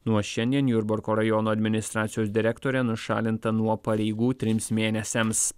nuo šiandien jurbarko rajono administracijos direktorė nušalinta nuo pareigų trims mėnesiams